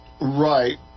Right